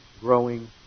growing